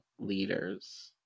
Leaders